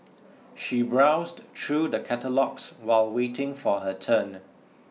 she browsed through the catalogues while waiting for her turn